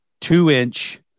two-inch